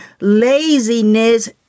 laziness